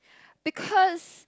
because